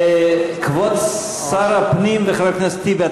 כבוד שר הפנים וחבר הכנסת טיבי,